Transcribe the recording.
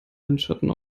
windschatten